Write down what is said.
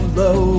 low